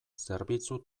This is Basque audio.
zerbitzu